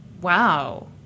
Wow